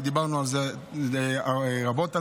ודיברנו על זה רבות בעניין.